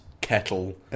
Kettle